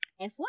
F1